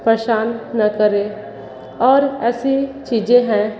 परेशान ना करें और ऐसी चीज़ें हैं